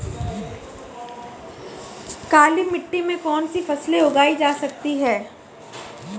काली मिट्टी में कौनसी फसलें उगाई जा सकती हैं?